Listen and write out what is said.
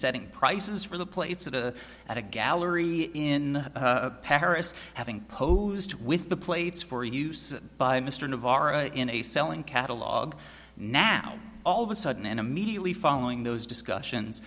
setting prices for the plates of the at a gallery in paris having posed with the plates for use by mr navarro in a selling catalogue now all of a sudden and immediately following those discussions